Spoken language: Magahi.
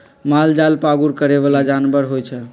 मालजाल पागुर करे बला जानवर होइ छइ